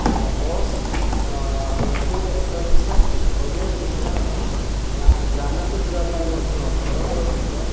ଏଁ bus tempo autorickshaw ସବୁର ସୁବିଧା ଅଛି ଗାଁ ଗ୍ରାମକୁ ଯିବାପାଇଁ ମଧ୍ୟ ସଡ଼କର ସୁବିଧା